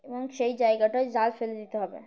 এবং সেই জায়গাটায় জাল ফেলে দিতে হবে